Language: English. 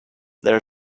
there